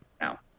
now